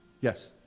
Yes